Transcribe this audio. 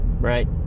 right